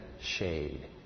shade